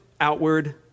outward